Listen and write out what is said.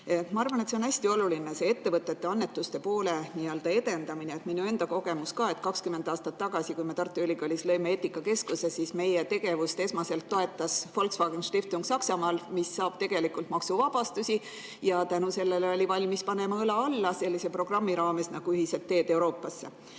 Ma arvan, et hästi oluline on ettevõtete annetuste poole edendamine. Minu enda kogemus ka: 20 aastat tagasi, kui me Tartu Ülikoolis lõime eetikakeskuse, siis meie tegevust esmaselt toetas Volkswagenstiftung Saksamaal, mis saab tegelikult maksuvabastusi ja tänu sellele oli valmis panema õla alla sellise programmi raames nagu ühised teed Euroopasse. Ma